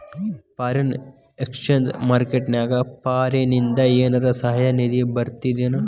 Foreign exchange market ನ್ಯಾಗ ಫಾರಿನಿಂದ ಏನರ ಸಹಾಯ ನಿಧಿ ಬರ್ತದೇನು?